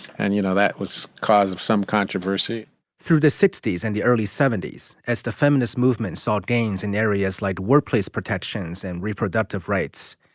and, you know, that was cause of some controversy through the sixty s and the early seventy point s as the feminist movement saw gains in areas like workplace protections and reproductive rights,